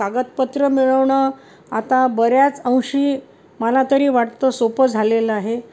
कागदपत्र मिळवणं आता बऱ्याच अंशी मला तरी वाटतं सोपं झालेलं आहे